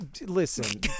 Listen